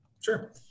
Sure